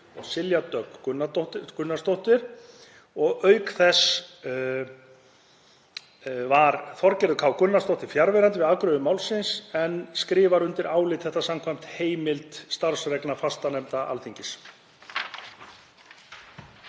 og Silja Dögg Gunnarsdóttir. Hv. þm. Þorgerður K. Gunnarsdóttir var fjarverandi við afgreiðslu málsins en skrifar undir álit þetta samkvæmt heimild starfsreglna fastanefnda Alþingis.